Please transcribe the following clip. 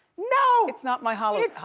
no! it's not my holiday.